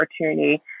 opportunity